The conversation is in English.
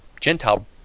Gentile